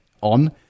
on